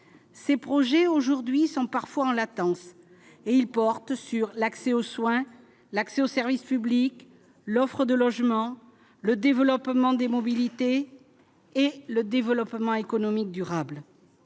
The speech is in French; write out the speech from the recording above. ces projets aujourd'hui sont parfois en latence et il porte sur l'accès aux soins, l'accès au service public, l'offre de logements, le développement des mobilités et le développement économique durable,